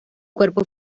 cuerpo